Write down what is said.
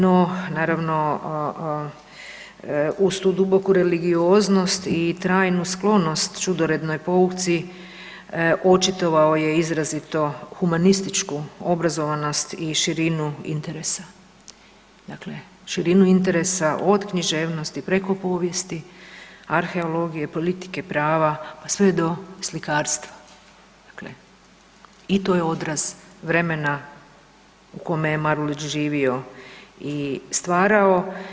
No naravno uz tu duboku religioznost i trajnu sklonost čudorednoj pouci očitovao je izrazito humanističku obrazovanost i širinu interesa, dakle širinu interesa od književnosti preko povijesti, arheologije, politike, prava pa sve do slikarstva, dakle i to je odraz vremena u kome je Marulić živio i stvarao.